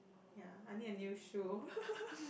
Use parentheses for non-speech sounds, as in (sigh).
ya I need a new shoe (laughs)